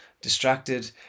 distracted